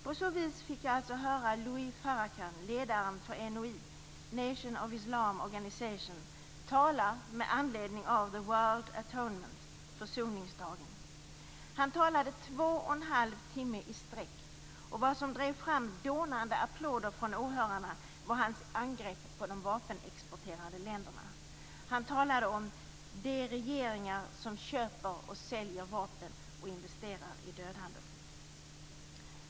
På så vis fick jag alltså höra Louis Farakhan, ledaren för NOI, Nation of Islam Organisation, tala med anledning av the World Atonement, försoningsdagen. Han talade två och en halv timme i sträck. Vad som drev fram dånande applåder från åhörarna var hans angrepp på de vapenexporterande länderna. Han talade om de regeringar som köper och säljer vapen och investerar i dödande.